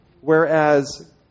whereas